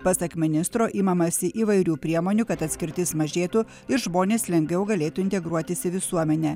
pasak ministro imamasi įvairių priemonių kad atskirtis mažėtų ir žmonės lengviau galėtų integruotis į visuomenę